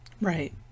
Right